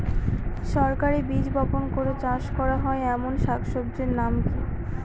সরাসরি বীজ বপন করে চাষ করা হয় এমন শাকসবজির নাম কি কী?